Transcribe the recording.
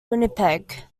winnipeg